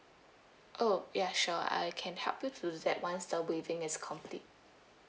oh ya sure I can help you to that once the waving is complete